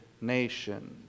nation